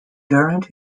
geraint